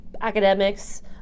academics